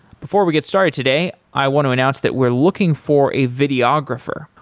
before we get started today, i want to announce that we're looking for a videographer.